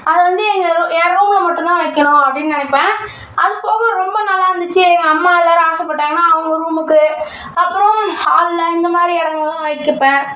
அதை வந்து எங்கள் என் ரூம்ல மட்டும்தான் வைக்கணும் அப்படின்னு நினைப்பேன் அது போக ரொம்ப நல்லாருந்துச்சு எங்கள் அம்மா எல்லாரும் ஆசைப்பட்டாங்கன்னா அவங்க ரூமுக்கு அப்புறோம் ஹால்ல இந்தமாதிரி இடங்கள்லாம் வக்கிப்பன்